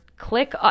click